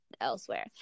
elsewhere